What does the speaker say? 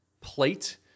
plate